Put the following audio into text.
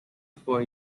four